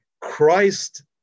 Christ